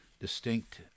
distinct